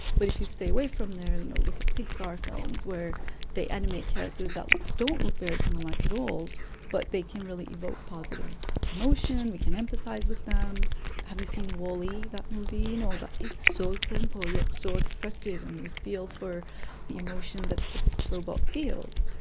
but if you stay away from there, you know look at pixar films where they animate characters that don't look very human-like at all but they can really evoke positive emotion, we can empathise with them have you seen wall-e, that movie? you know it's so simple yet so expressive and we feel for the emotion that this robot feels.